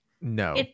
no